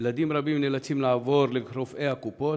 ילדים רבים נאלצים לעבור לרופאי הקופות,